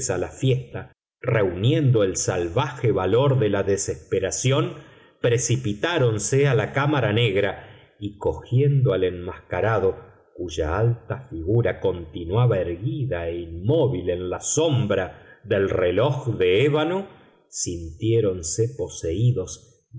a la fiesta reuniendo el salvaje valor de la desesperación precipitáronse a la cámara negra y cogiendo al enmascarado cuya alta figura continuaba erguida e inmóvil en la sombra del reloj de ébano sintiéronse poseídos